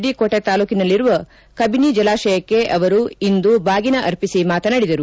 D Kote ತಾಲ್ಲೂಕಿನಲ್ಲಿರುವ ಕವಿನಿ ಜಲಾಶಯಕ್ಕೆ ಅವರು ಇಂದು ಬಾಗಿನ ಅರ್ಪಿಸಿ ಮಾತನಾಡಿದರು